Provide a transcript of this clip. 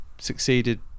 succeeded